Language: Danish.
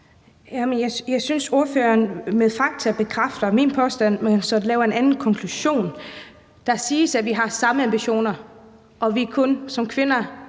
jeg synes, at ordføreren med fakta bekræfter min påstand, men så laver en anden konklusion. Der siges, at vi har samme ambitioner, og at vi som kvinder